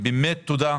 תודה.